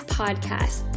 podcast